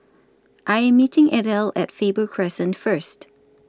I Am meeting Ethel At Faber Crescent First